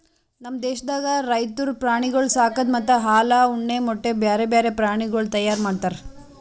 ನಮ್ ದೇಶದಾಗ್ ರೈತುರು ಪ್ರಾಣಿಗೊಳ್ ಸಾಕದ್ ಮತ್ತ ಹಾಲ, ಉಣ್ಣೆ, ಮೊಟ್ಟೆ, ಬ್ಯಾರೆ ಬ್ಯಾರೆ ಪ್ರಾಣಿಗೊಳ್ ತೈಯಾರ್ ಮಾಡ್ತಾರ್